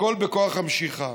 הכול בכוח המשיכה.